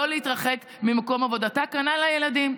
לא להתרחק ממקום עבודתה, וכנ"ל הילדים.